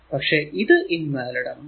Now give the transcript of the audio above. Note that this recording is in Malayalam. പക്ഷെ ഇത് ഇൻ വാലിഡ് ആണ്